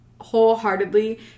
wholeheartedly